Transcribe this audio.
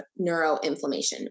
neuroinflammation